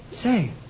Say